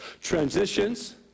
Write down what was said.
Transitions